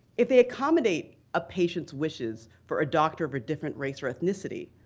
if they accommodate a patient's wishes for a doctor of a different race or ethnicity,